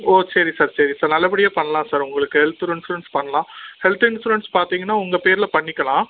ஓ சரி சார் சரி சார் நல்லபடியாக பண்ணலாம் சார் உங்களுக்கு ஹெல்த்து இன்சூரன்ஸ் பண்ணலாம் ஹெல்த் இன்சூரன்ஸ் பார்த்தீங்கன்னா உங்கள் பேரில் பண்ணிக்கலாம்